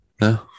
No